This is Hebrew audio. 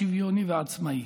שוויוני ועצמאי.